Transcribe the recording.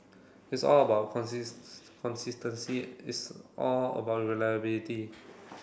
it's all about consistency it's all about reliability